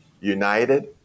United